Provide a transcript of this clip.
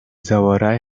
sauerei